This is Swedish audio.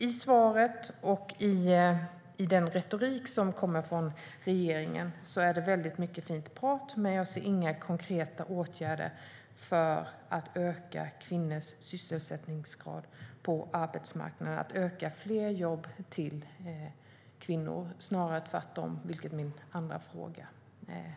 I svaret och i regeringens retorik är det fint prat, men jag ser inga konkreta åtgärder för att öka kvinnors sysselsättningsgrad på arbetsmarknaden och skapa fler jobb för kvinnor. Det är snarare tvärtom, vilket min andra fråga berör.